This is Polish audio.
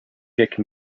jakim